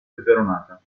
peperonata